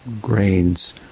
grains